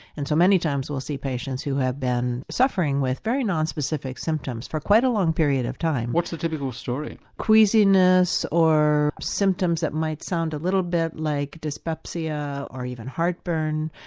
and so many times you will see patients who have been suffering with very non-specific symptoms for quite a long period of time. what's a typical story? queasiness or symptoms that might sound a little bit like dyspepsia or even heartburn,